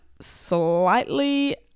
slightly